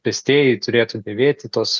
pėstieji turėtų dėvėti tuos